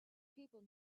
people